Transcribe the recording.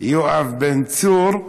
יואב בן צור.